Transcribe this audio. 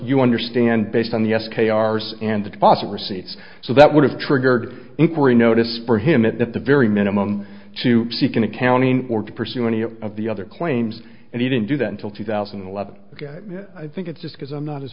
you understand based on the s k r s and the deposit receipts so that would have triggered inquiry notice for him at the very minimum to seek an accounting or to pursue any of the other claims and he didn't do that until two thousand and eleven i think it's just because i'm not as